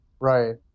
Right